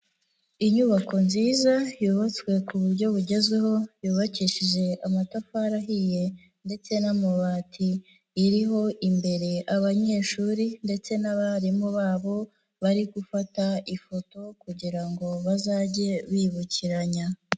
Inyubako nziza yubatswe ku buryo bugezweho, yubakishije amatafari ahiye ndetse n'amabati, iriho imbere abanyeshuri ndetse n'abarimu babo, bari gufata ifoto kugira ngo bazajye bibukiranya.